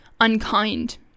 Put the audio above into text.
unkind